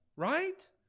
Right